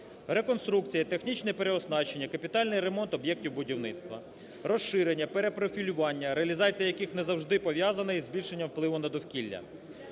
реконструкція і технічне переоснащення, капітальний ремонт об'єктів будівництва, розширення, перепрофілювання, реалізація яких не завжди пов'язана із збільшенням впливу на довкілля.